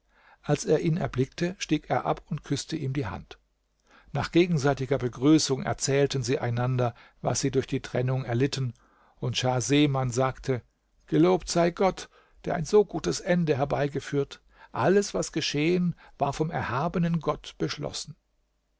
als er ihn erblickte stieg er ab und küßte ihm die hand nach gegenseitiger begrüßung erzählten sie einander was sie durch die trennung erlitten und schah geman sagte gelobt sei gott der ein so gutes ende herbeigeführt alles was geschehen war vom erhabenen gott beschlossen